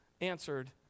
answered